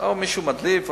או מישהו מדליף או,